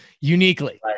uniquely